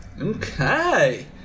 Okay